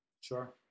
Sure